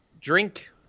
drink